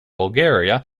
bulgaria